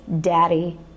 daddy